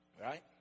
Right